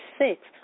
six